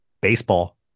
baseball